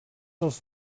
els